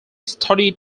studied